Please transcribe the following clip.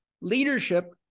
leadership